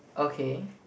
okay